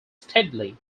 steadily